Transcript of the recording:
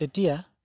তেতিয়া